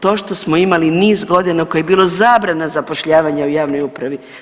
To što smo imali niz godina kada je bila zabrana zapošljavanja u javnoj upravi.